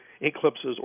eclipses